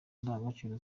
ndangagaciro